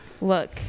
Look